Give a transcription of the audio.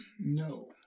no